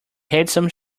handsome